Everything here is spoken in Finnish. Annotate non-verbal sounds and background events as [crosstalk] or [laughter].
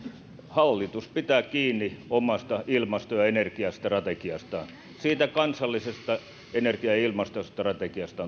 hallitus pitää kiinni omasta ilmasto ja energiastrategiastaan siitä kansallisesta energia ja ilmastostrategiasta [unintelligible]